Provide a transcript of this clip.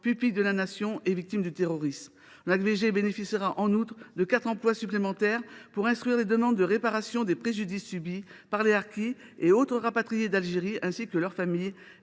pupilles de la Nation et victimes du terrorisme. L’ONACVG bénéficiera en outre de quatre emplois supplémentaires pour instruire les demandes de réparation des préjudices subis par les harkis et autres rapatriés d’Algérie, ainsi que leurs familles,